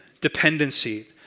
dependency